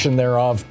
thereof